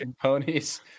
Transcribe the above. ponies